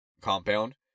compound